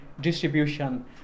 distribution